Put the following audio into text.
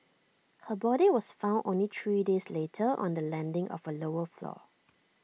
her body was found only three days later on the landing of A lower floor